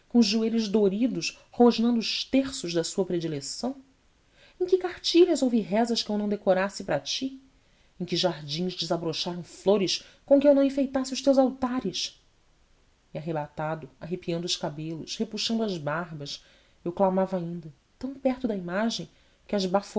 joelhos doridos rosnando os terços da tua predileção em que cartilhas houve rezas que eu não decorasse para ti em que jardins desabrocharam flores com que eu não enfeitasse os teus altares e arrebatado arrepiando os cabelos repuxando as barbas eu clamava ainda tão perto da imagem que as